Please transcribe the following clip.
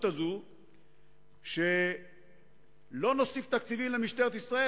הזאת שלא נוסיף תקציבים למשטרת ישראל,